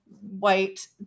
white